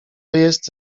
jest